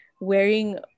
Wearing